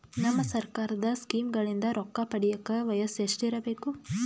ನಮ್ಮ ಸರ್ಕಾರದ ಸ್ಕೀಮ್ಗಳಿಂದ ರೊಕ್ಕ ಪಡಿಯಕ ವಯಸ್ಸು ಎಷ್ಟಿರಬೇಕು?